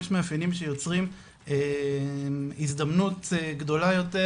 יש מאפיינים שיוצרים הזדמנות גדולה יותר,